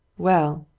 well,